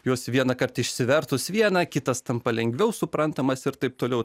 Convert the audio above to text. jos vienąkart išsivertus vieną kitas tampa lengviau suprantamas ir taip toliau